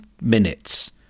minutes